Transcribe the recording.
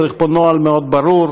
צריך פה נוהל מאוד ברור.